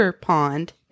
pond